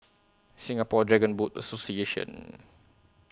Singapore Dragon Boat Association